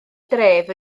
dref